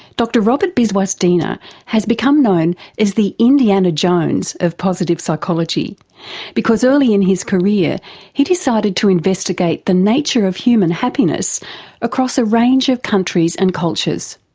dr robert biswas-diener has become known as the indiana jones of positive psychology because early in his career he decided to investigate the nature of human happiness across a range of countries and cultures.